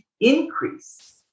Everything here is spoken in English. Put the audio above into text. increase